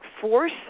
force